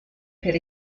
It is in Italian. per